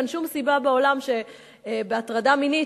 אין שום סיבה בעולם שבהטרדה מינית,